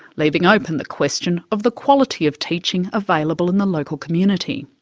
leaving open the question of the quality of teaching available in the local community.